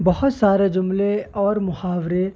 بہت سارے جملے اور محاورے